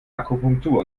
akupunktur